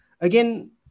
again